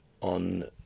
on